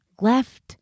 left